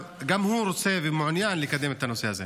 רוצה ומעוניין לקדם את הנושא הזה.